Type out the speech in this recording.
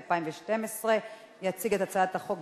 התשע"ב 2012. יציג את הצעת החוק,